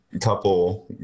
couple